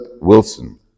Wilson